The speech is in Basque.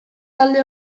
talde